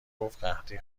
گفتقحطی